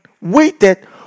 waited